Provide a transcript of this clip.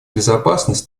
безопасность